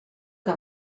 que